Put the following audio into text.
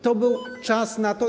To był czas na to.